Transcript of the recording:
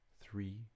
three